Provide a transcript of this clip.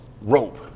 rope